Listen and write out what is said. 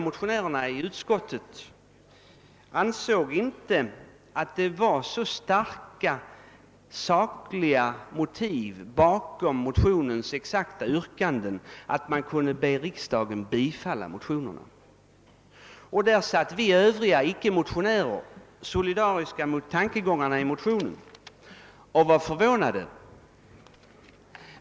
Motionärerna i utskottet ansåg inte att det fanns så starka sakliga motiv till motionernas yrkanden att man kunde yrka bifall till sina egna motioner. Och där satt vi övriga icke-motionärer, solidariska med tankegångarna i motionerna, och var förvånade.